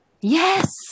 Yes